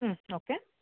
ಹ್ಞೂ ಓಕೆ